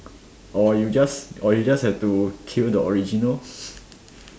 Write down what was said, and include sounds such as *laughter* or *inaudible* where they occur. or you just or you just have to kill the original lor *noise*